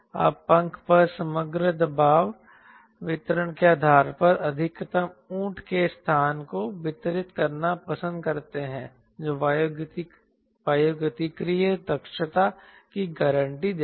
आप पंख पर समग्र दबाव वितरण के आधार पर अधिकतम ऊंट के स्थान को वितरित करना पसंद कर सकते हैं जो वायुगतिकीय दक्षता की गारंटी देगा